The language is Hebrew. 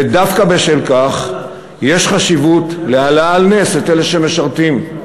ודווקא בשל כך יש חשיבות להעלאה על נס את אלה שמשרתים,